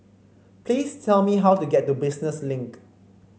please tell me how to get to Business Link